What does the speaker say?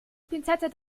pinzette